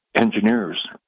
engineers